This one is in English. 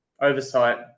Oversight